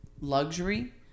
luxury